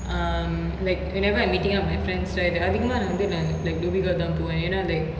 um like whenever I'm meeting up with my friends right அதிகமா நா வந்து நா:athikamaa na vanthu na like dhoby ghaut தா போவே ஏனா:tha pove yenaa like